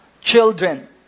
children